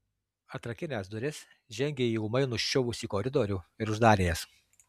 atrakinęs duris žengė į ūmai nuščiuvusį koridorių ir uždarė jas